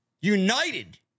United